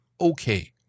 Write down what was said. okay